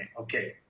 okay